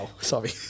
Sorry